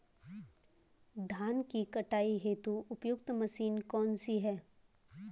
धान की कटाई हेतु उपयुक्त मशीन कौनसी है?